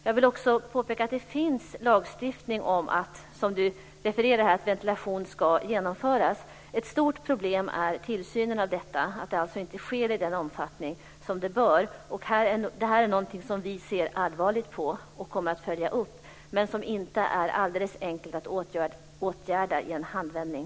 Jag vill också påpeka att det finns lagstiftning om att, som Owe Hellberg refererade till, ventilation ska genomföras. Ett stort problem i detta sammanhang är att tillsyn av detta inte utövas i den omfattning som bör ske. Detta är något som vi ser allvarligt på och kommer att följa, men det är inte alldeles enkelt att åtgärda det i en handvändning.